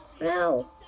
no